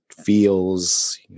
feels